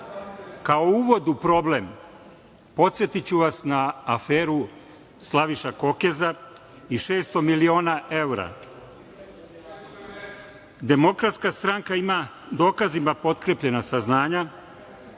Kao uvod u problem, podsetiću vas na aferu Slaviša Kokeza i 600 miliona evra. Demokratska stranka ima dokazima potkrepljena saznanja